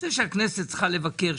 זה שהכנסת צריכה לבקר,